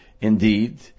Indeed